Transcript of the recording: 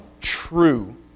true